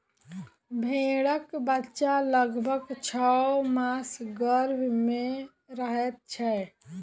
भेंड़क बच्चा लगभग छौ मास गर्भ मे रहैत छै